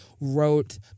wrote